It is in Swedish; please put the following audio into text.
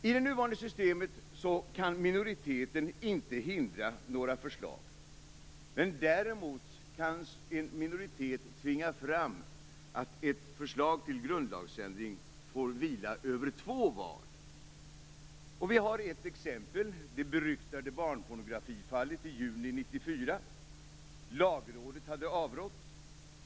I det nuvarande systemet kan minoriteten inte hindra några förslag. Däremot kan en minoritet tvinga fram att ett förslag till grundlagsändring får vila över två val. Vi har ett exempel, det beryktade barnpornografifallet i juni 1994. Lagrådet hade avrått.